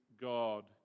God